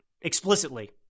explicitly